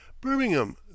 Birmingham